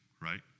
right